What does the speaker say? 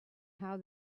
how